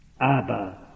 Abba